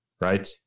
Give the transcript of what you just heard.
right